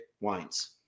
wines